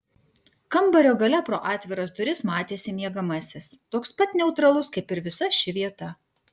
kambario gale pro atviras duris matėsi miegamasis toks pat neutralus kaip ir visa ši vieta